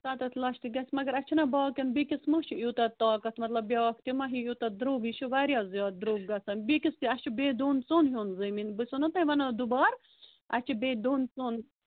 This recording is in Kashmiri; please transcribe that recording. سَتَتھ لَچھ تہِ گژھِ مگر اَسہِ چھِنَہ باقیَن بیٚکِس مہٕ حظ ایوٗتاہ طاقت مطلب بیٛاکھ تہِ مَہ ہیٚیہِ یوٗتاہ درٛوگ یہِ چھُ واریاہ زیادٕ درٛوگ گژھان بیکِس کیٛاہ چھُ بیٚیہِ دۄن ژۄن ہیوٚن زمیٖن بہٕ چھِ سو نَہ تۄہہِ وَنان دُبار اَسہِ چھِ بیٚیہِ دۄن ژۄن